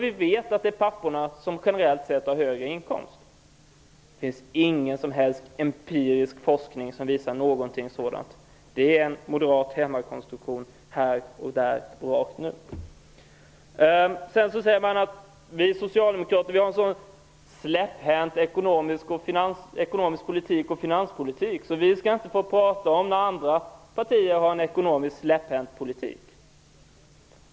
Vi vet ju att det är papporna som generellt har högre inkomster. Det finns inte någon empirisk forskning som visar på något sådant. Det här är en moderat hemmakonstruktion. Vidare säger man att vi socialdemokrater har en släpphänt ekonomisk politik och finanspolitik och att vi därför inte skall tala om andra partier när de har en släpphänt ekonomisk politik.